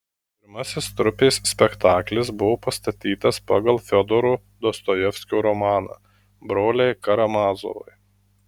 pirmasis trupės spektaklis buvo pastatytas pagal fiodoro dostojevskio romaną broliai karamazovai